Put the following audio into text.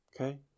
Okay